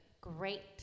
Great